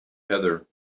heather